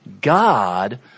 God